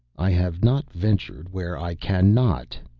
i have not ventured where i can not.